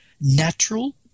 natural